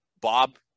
Bob